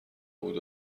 بود